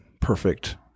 perfect